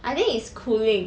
I think it's cooling